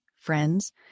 friends